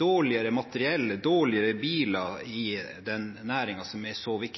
dårligere materiell, dårligere biler, i denne næringen, som er så